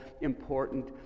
important